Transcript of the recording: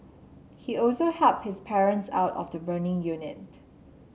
he also helped his parents out of the burning unit